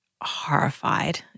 horrified